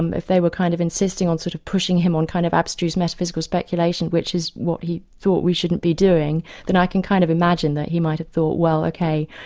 um if they were kind of insisting on sort of pushing him on kind of abstruse metaphysical speculation which is what he thought we shouldn't be doing, then i can kind of imagine that he might have thought, well ok,